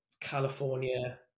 california